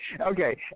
Okay